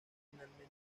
finalmente